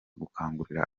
gukangurira